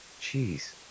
Jeez